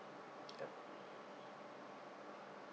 yup